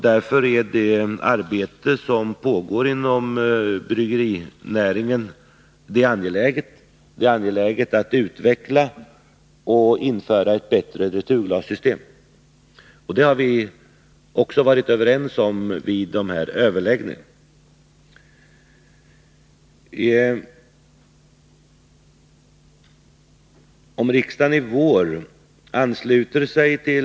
Därför är det angeläget att slutföra det arbete som pågår inom bryggerinäringen med att utveckla och införa ett Nr 75 bättre returglassystem. Det har vi också varit överens om vid dessa överläggningar.